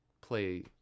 play